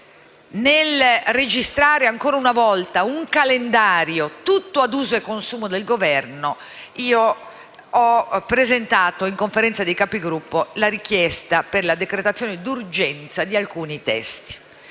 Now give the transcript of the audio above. nel registrare ancora una volta un calendario tutto ad uso e consumo del Governo, ho presentato in Conferenza dei Capigruppo la richiesta per la dichiarazione d'urgenza di alcuni testi.